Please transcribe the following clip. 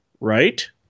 right